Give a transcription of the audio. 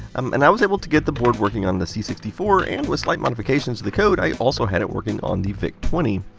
um and i was able to get the board working on the c six four, and with slight modifications to the code, i also had it working on the vic twenty.